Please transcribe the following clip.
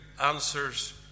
answers